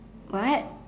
what